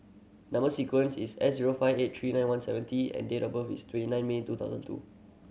number sequence is S zero five eight three nine one seven T and date of birth is twenty nine May two thousand two